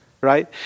Right